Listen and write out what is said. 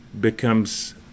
becomes